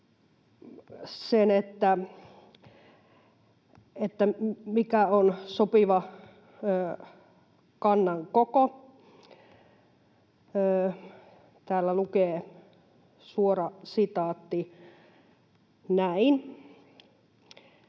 sen, mikä on sopiva kannan koko. Täällä lukee — suora sitaatti — näin: